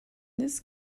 this